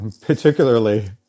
particularly